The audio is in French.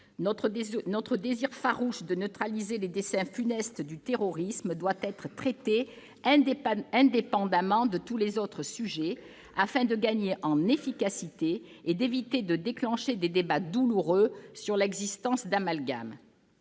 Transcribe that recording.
notre désir farouche de neutraliser les dessins funestes du terrorisme doit être traité indépendamment de tous les autres sujets, afin de gagner en efficacité et d'éviter de déclencher des débats douloureux sur l'existence d'amalgames.